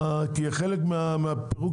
כי חלק מהפירוק